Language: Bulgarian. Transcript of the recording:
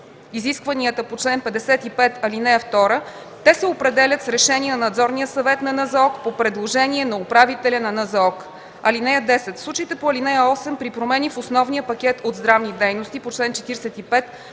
изискванията по чл. 55, ал. 2, те се определят с решение на Надзорния съвет на НЗОК по предложение на управителя на НЗОК. (10) В случаите по ал. 8 при промени в основния пакет от здравни дейности по чл. 45,